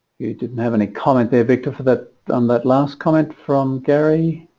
you didn't have any comment a bit of that on that last comment from gary